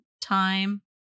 time